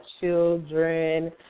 children